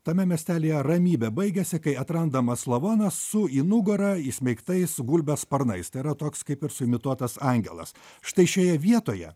tame miestelyje ramybė baigėsi kai atrandamas lavonas su į nugarą įsmeigtais gulbės sparnais tai yra toks kaip ir su imituotas angelas štai šioje vietoje